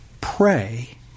pray